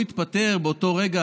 הוא התפטר באותו רגע,